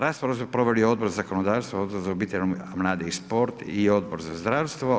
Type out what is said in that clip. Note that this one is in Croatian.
Raspravu su proveli Odbor za zakonodavstvo, Odbor za obitelj, mlade i sport i Odbor za zdravstvo.